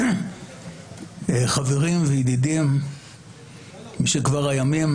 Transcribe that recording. חברים וידידים משכבר הימים,